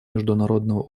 международного